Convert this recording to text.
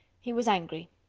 he was angry.